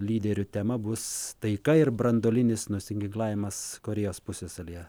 lyderių tema bus taika ir branduolinis nusiginklavimas korėjos pusiasalyje